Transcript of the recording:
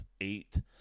eight